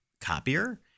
copier